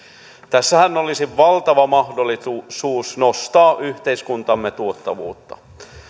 tässähän olisi valtava mahdollisuus nostaa yhteiskuntamme tuottavuutta